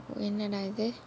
என்னடா இது:ennadaa ithu